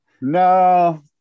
No